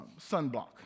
sunblock